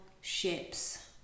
ships